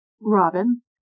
Robin